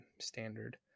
standard